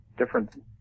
different